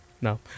No